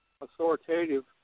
authoritative